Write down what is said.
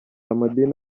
amadini